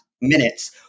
minutes